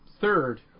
third